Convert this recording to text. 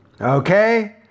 Okay